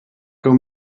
raibh